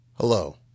Hello